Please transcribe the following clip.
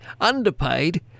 underpaid